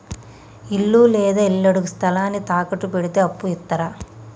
ఇల్లు లేదా ఇళ్లడుగు స్థలాన్ని తాకట్టు పెడితే అప్పు ఇత్తరా?